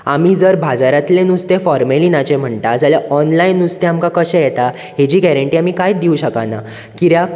आमी जर बाजारांतलें नुस्तें फॉर्मेलिनाचें म्हणटात जाल्यार ऑनलायन नुस्तें आमकां कशें येता हेंची गेरेंटी आमी कांयच दिवंक शकना कित्याक